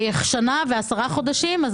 שנה ועשרה חודשים.